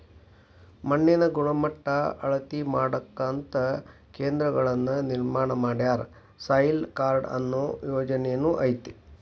ಮಣ್ಣಿನ ಗಣಮಟ್ಟಾ ಅಳತಿ ಮಾಡಾಕಂತ ಕೇಂದ್ರಗಳನ್ನ ನಿರ್ಮಾಣ ಮಾಡ್ಯಾರ, ಸಾಯಿಲ್ ಕಾರ್ಡ ಅನ್ನು ಯೊಜನೆನು ಐತಿ